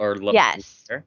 Yes